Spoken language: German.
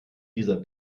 dieser